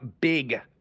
big